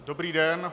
Dobrý den.